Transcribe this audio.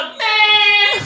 man